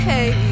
Hey